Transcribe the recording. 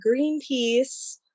Greenpeace